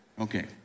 Okay